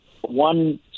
one